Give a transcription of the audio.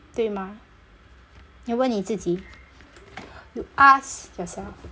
对吗你问你自己 you ask yourself